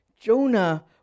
Jonah